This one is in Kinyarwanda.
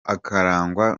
akarangwa